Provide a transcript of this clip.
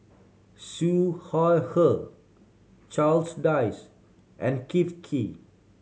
Siew Shaw Her Charles Dyce and Kee